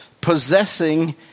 possessing